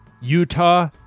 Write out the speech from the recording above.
Utah